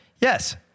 yes